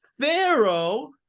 Pharaoh